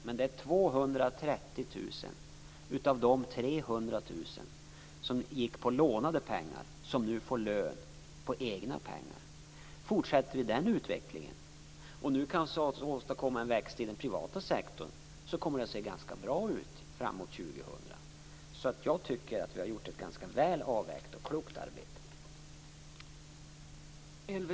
Men det är 230 000 av de 300 000 som gick på lånade pengar som nu får lön på egna pengar. Fortsätter vi den utvecklingen, och nu kanske också lyckas åstadkomma en tillväxt i den privata sektorn, så kommer det att se ganska bra ut framåt år 2000. Så jag tycker att vi har gjort ett ganska väl avvägt och klokt arbete.